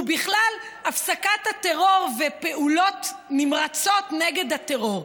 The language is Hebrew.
בכלל הפסקת הטרור ופעולות נמרצות נגד הטרור,